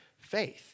faith